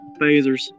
phasers